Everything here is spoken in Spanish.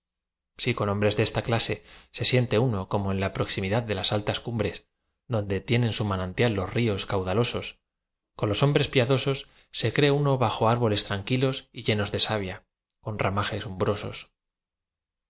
si con hombres de esta clase se siente uno como en la proximidad de las altas cumbres donde tienen su manantial los ríos caudalosos co los hom bres piadosos cree uno bajo arboles tranquilos y llenos de savia con ramajes